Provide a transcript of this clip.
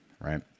right